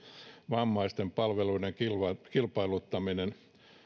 vammaisten pitkäaikaisten palveluiden kilpailuttaminen